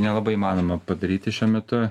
nelabai įmanoma padaryti šiuo metu